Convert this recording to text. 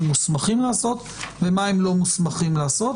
מוסמכים לעשות ומה הם לא מוסמכים לעשות?